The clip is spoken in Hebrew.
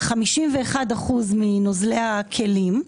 51% מנוזלי הכלים,